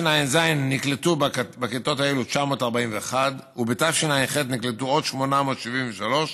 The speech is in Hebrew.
בתשע"ז נקלטו בכיתות האלו 941 ובתשע"ח נקלטו עוד 873,